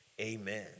amen